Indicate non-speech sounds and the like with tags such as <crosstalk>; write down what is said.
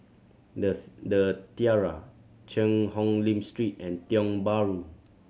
<unintelligible> The Tiara Cheang Hong Lim Street and Tiong Bahru